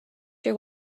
your